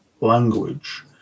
language